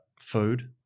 food